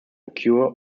occur